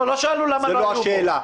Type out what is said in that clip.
לא שאלו למה לא היו בו ספרינקלרים.